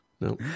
No